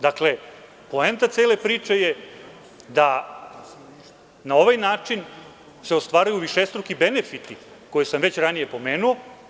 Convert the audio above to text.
Dakle, poenta cele priče je da na ovaj način se ostvaruju višestruki benefiti koje sam već ranije pomenuo.